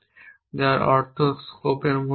যার অর্থ স্কোপ এটির মধ্যে রয়েছে